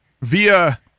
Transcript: via